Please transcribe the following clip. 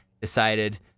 decided